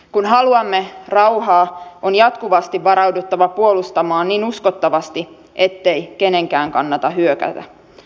kun haluamme rauhaa on jatkuvasti varauduttava puolustamaan niin uskottavasti ettei kenenkään kannata hyökätä